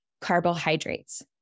Carbohydrates